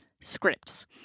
scripts